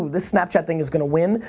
this snapchat thing is gonna win,